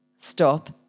stop